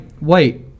Wait